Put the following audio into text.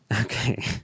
okay